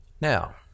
now